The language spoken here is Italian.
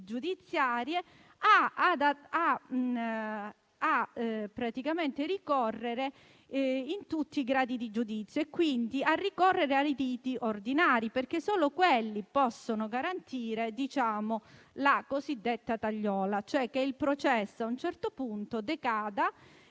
giudiziarie, a ricorrere in tutti i gradi di giudizio e ai riti ordinari, perché solo quelli possono garantire la cosiddetta tagliola, cioè che il processo a un certo punto decada